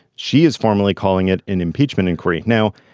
she is formally calling it an impeachment inquiry now.